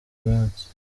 munsi